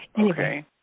Okay